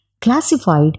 classified